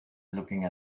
looking